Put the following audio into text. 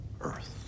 Earth